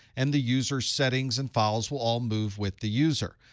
and the user settings and files will all move with the user.